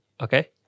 Okay